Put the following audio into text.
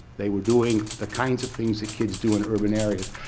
they were doing the kinds of things that kids do in urban areas.